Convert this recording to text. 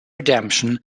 redemption